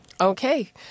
Okay